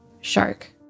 shark